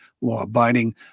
law-abiding